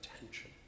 attention